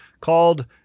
called